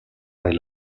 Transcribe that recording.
est